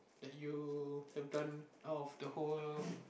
that you have done out of the whole